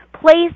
place